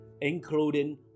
including